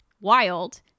wild